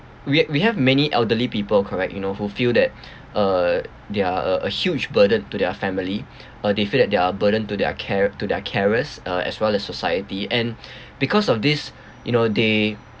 we we have many elderly people correct you know who feel that uh they are a a huge burden to their family uh they feel that they're a burden to their care to their carers uh as well as society and because of this you know they